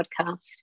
podcast